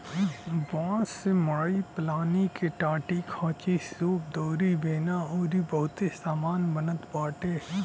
बांस से मड़ई पलानी के टाटीखांचीसूप दउरी बेना अउरी बहुते सामान बनत बाटे